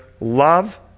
love